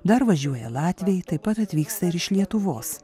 dar važiuoja latviai taip pat atvyksta ir iš lietuvos